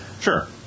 Sure